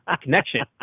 connection